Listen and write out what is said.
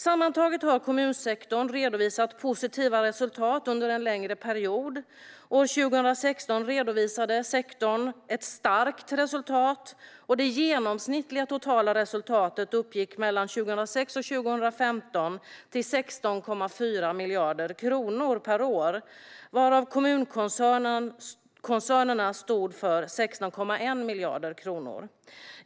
Sammantaget har kommunsektorn redovisat positiva resultat under en längre period. År 2016 redovisade sektorn ett starkt resultat. Det genomsnittliga totala resultatet uppgick 2006-2015 till 16,4 miljarder kronor per år, varav kommunkoncernerna stod för 16,1 miljarder kronor.